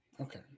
Okay